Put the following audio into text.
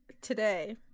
today